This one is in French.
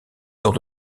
dans